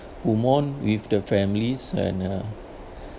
move on with the families and uh